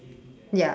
ya